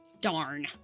Darn